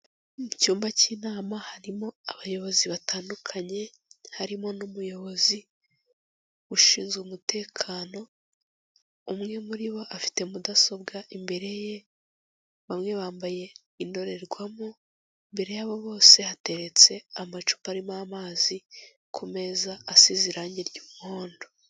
Mu cyumba cy'inama harimo abayobozi batandukanye harimo n'umuyobozi ushinzwe umutekano, umwe muri bo afite mudasobwa imbere ye, bamwe bambaye indorerwamo, imbere yabo bose hateretse amacupa arimo amazi ku meza asize irangi ry'umuhondo.